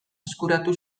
eskuratu